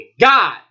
God